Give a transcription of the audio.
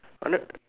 honoured